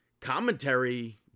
commentary